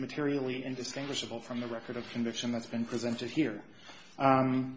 materially indistinguishable from the record of conviction that's been presented here